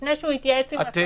לפני שהוא התייעץ עם השרים?